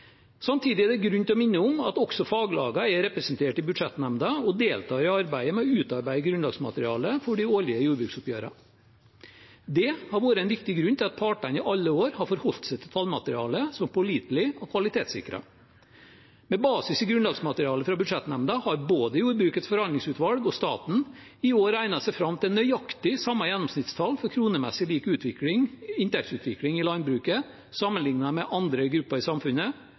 Samtidig er det grunn til å minne om at også faglagene er representert i budsjettnemnda og deltar i arbeidet med å utarbeide grunnlagsmaterialet for det årlige jordbruksoppgjøret. Det har vært en viktig grunn til at partene i alle år har forholdt seg til et tallmateriale som er pålitelig og kvalitetssikret. Med basis i grunnlagsmaterialet fra budsjettnemnda har både Jordbrukets forhandlingsutvalg og staten i år regnet seg fram til nøyaktig samme gjennomsnittstall for kronemessig lik inntektsutvikling i landbruket som i andre grupper i samfunnet: